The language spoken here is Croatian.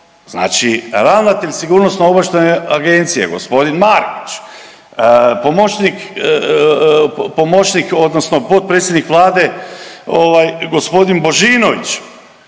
Znači ravnatelj sigurnosno-obavještajne agencije gospodin Markić pomoćnik odnosno potpredsjednik Vlade gospodin Božinović,